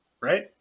Right